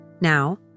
Now